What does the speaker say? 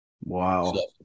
Wow